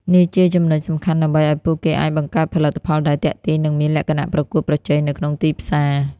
នេះជាចំណុចសំខាន់ដើម្បីឱ្យពួកគេអាចបង្កើតផលិតផលដែលទាក់ទាញ និងមានលក្ខណៈប្រកួតប្រជែងនៅក្នុងទីផ្សារ។